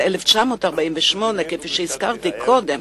ב-1948, כפי שהזכרתי קודם,